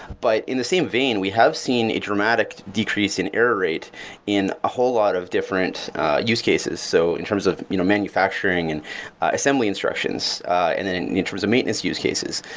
but in the same vein, we have seen a dramatic decrease in error rate in a whole lot of different use cases. so in terms of you know manufacturing and assembly instructions, and then in terms of maintenance use cases.